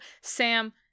Sam